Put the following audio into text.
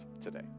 today